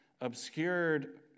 obscured